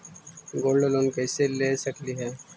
Gold loan कैसे ले सकली हे?